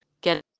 get